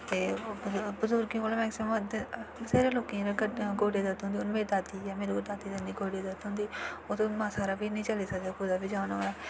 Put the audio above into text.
ते बजुर्गैं कोल मैक्सीमम अद्धे जेह्ड़े लोकें दे गोडैं दर्द होंदी हून मेरी दादी ऐ मेरी दादी दे गोडें गी दर्द होंदी एह् मास्सा हारा निं चली सकदे कुदै जाना होऐ